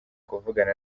kuvugana